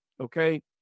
Okay